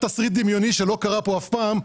קחו תסריט דמיוני שלא קרה פה אף פעם.